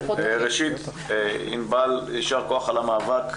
ראשית, ענבל, יישר כוח על המאבק.